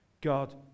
God